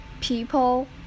people